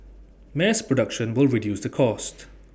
mass production will reduce the cost